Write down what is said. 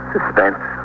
Suspense